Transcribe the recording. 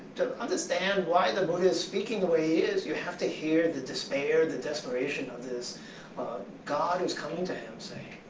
to understand why the buddha is speaking the way he is, you have to hear the despair, the desperation of this god who is coming to him saying,